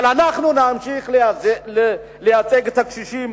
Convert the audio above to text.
אבל אנחנו נמשיך לייצג את הקשישים,